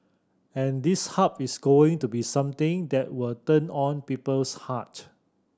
and this Hub is going to be something that will turn on people's heart